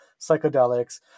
psychedelics